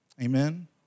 Amen